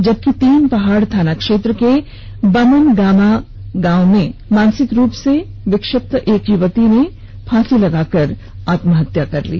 जबकि तीनपहाड़ थाना क्षेत्र के बभनगामा गांव में मानसिक रूप से विक्षिप्त युवती ने फांसी लगाकर आत्महत्या कर ली